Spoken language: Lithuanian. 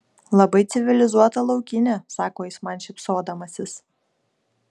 labai civilizuota laukinė sako jis man šypsodamasis